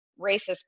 racist